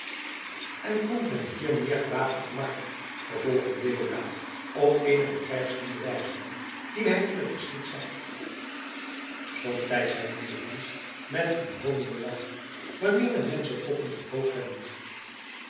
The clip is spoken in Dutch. en komt men hier meer gewapend te markt vervolgde deodaat op eenige krijgslieden wijzende die hij in t verschiet zag somtijds hernam de fries met een hoonenden lach wanneer men menschenkoppen te koop vent